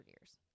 years